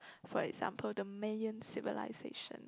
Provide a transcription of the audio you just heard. for example the Mayan civilization